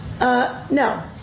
No